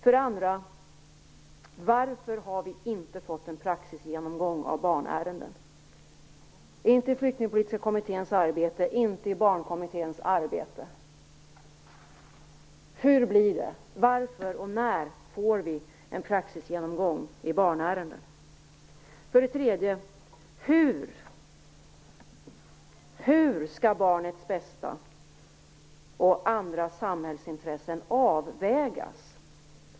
För det andra: Varför har vi inte fått en praxisgenomgång av barnärenden, inte i Flyktingpolitiska kommitténs arbete och inte i Barnkommitténs arbete? Hur blir det, och när får vi en praxisgenomgång av barnärenden? För det tredje: Hur skall barnets bästa och andra samhällsintressen avvägas?